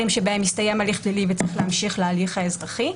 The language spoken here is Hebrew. שבהם הסתיים הליך פלילי וצריך להמשיך להליך אזרחי.